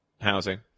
housing